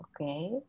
Okay